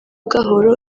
gahoro